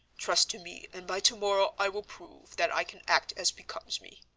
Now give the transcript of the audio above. trust to me, and by tomorrow i will prove that i can act as becomes me.